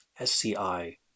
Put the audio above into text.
SCI